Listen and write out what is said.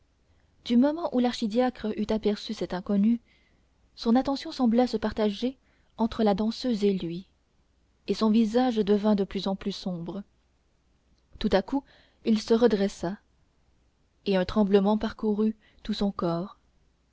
du moment où l'archidiacre eut aperçu cet inconnu son attention sembla se partager entre la danseuse et lui et son visage devint de plus en plus sombre tout à coup il se redressa et un tremblement parcourut tout son corps